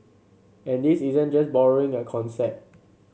and this isn't just borrowing a concept